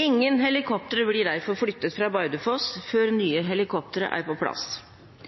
Ingen helikoptre blir derfor flyttet fra Bardufoss før nye helikoptre er på plass.